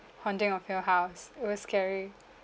haunting of hill house it was scary